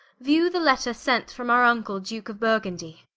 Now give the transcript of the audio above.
view the letter sent from our vnckle duke of burgundy